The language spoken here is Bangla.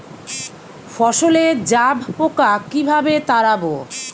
ফসলে জাবপোকা কিভাবে তাড়াব?